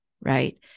right